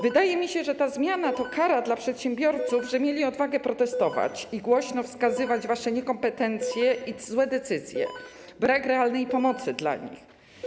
Wydaje mi się, że ta zmiana to kara dla przedsiębiorców za to, że mieli odwagę protestować i głośno wskazywać wasze niekompetencje i złe decyzje, brak realnej pomocy dla nich.